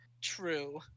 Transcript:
true